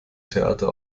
theater